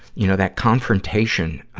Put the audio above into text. you know, that confrontation